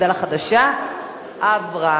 מפד"ל החדשה עברה.